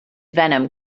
venom